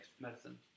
medicine